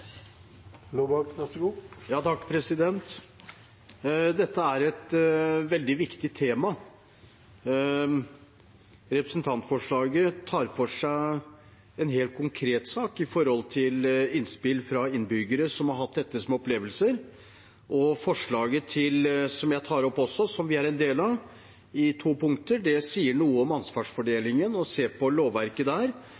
et veldig viktig tema. Representantforslaget tar for seg en helt konkret sak ut fra innspill fra innbyggere som har hatt dette som opplevelser. De to forslagene jeg tar opp, som vi er en del av, sier noe om ansvarsfordelingen, og å se på lovverket der, og også det konkrete som gjelder overgang – om